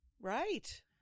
Right